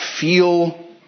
feel